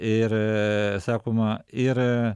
ir sakoma ir